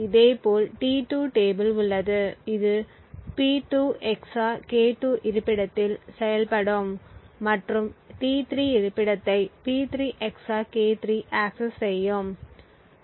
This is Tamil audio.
இதேபோல் T2 டேபிள் உள்ளது இது P2 XOR K2 இருப்பிடத்தில் செயல்படும் மற்றும் T3 இருப்பிடத்தை P3 XOR K3 ஆக்கசஸ் செய்யும்